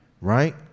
right